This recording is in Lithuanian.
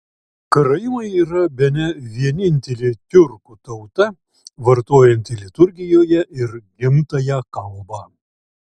karaimai yra bene vienintelė tiurkų tauta vartojanti liturgijoje ir gimtąją kalbą